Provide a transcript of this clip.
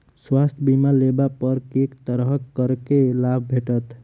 स्वास्थ्य बीमा लेबा पर केँ तरहक करके लाभ भेटत?